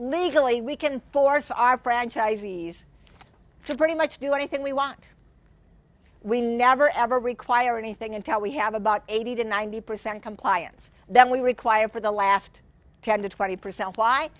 legally we can force our franchisees to pretty much do anything we want we never ever require anything until we have about eighty to ninety percent compliance that we require for the last ten to twenty percent why